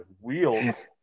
wheels